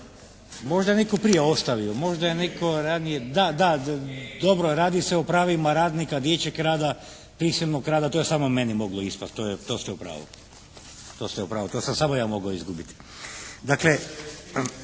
Možda je netko prije ostavio, možda je netko ranije, da, da, radi se pravima radnika, dječjeg rada, prisilnog rada. To je samo meni moglo ispasti, to je, to ste u pravu. To sam samo ja mogao izgubiti.